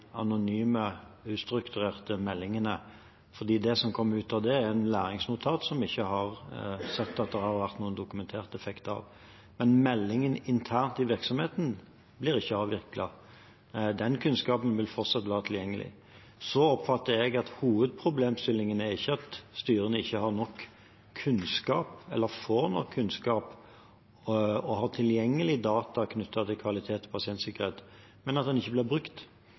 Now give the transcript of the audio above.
anonyme, ustrukturerte meldingene, for det som kom ut av det, var et læringsnotat, som vi ikke har sett noen dokumentert effekt av. Men meldingene internt i virksomheten blir ikke avviklet. Den kunnskapen vil fortsatt være tilgjengelig. Jeg oppfatter at hovedproblemstillingen ikke er at styrene ikke har nok kunnskap, ikke får nok kunnskap eller ikke har tilgjengelig data knyttet til kvalitet og pasientsikkerhet, men at den ikke blir brukt.